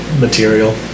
material